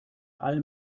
all